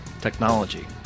Technology